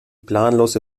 planlose